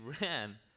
ran